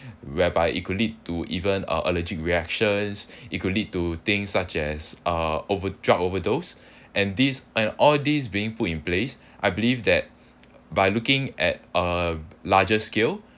whereby it could lead to even uh allergic reactions it could lead to things such as uh over drug overdose and this and all these being put in place I believe that by looking at a larger scale